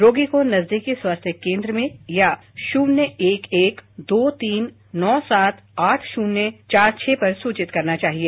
रोगी को नजदीकी स्वास्थ्य केन्द्र में या शून्य एक एक दो तीन नौ सात आठ शून्य चार छह पर सूचित करना चाहिए